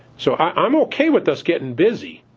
so i'm ok with us getting busy.